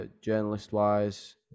journalist-wise